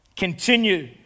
continue